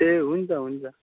ए हुन्छ हुन्छ